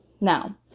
Now